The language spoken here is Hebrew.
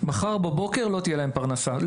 מחר בבוקר לא תהיה להם פרנסה.